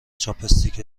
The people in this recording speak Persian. چاپستیک